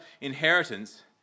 inheritance